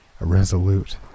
irresolute